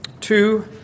two